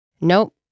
Nope